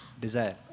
desire